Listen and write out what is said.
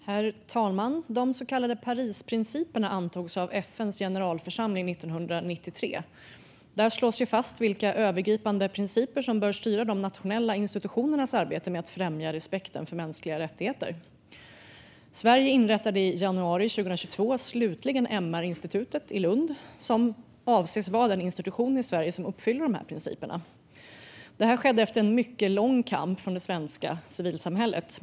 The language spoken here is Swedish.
Herr talman! De så kallade Parisprinciperna antogs av FN:s generalförsamling 1993. Där slås det fast vilka övergripande principer som bör styra de nationella institutionernas arbete med att främja respekten för mänskliga rättigheter. Sverige inrättade i januari 2022 slutligen MR-institutet i Lund, som avses vara den institution i Sverige som uppfyller principerna. Det här skedde efter en mycket lång kamp från det svenska civilsamhällets sida.